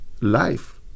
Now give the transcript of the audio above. life